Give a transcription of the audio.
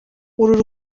uru